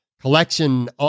collection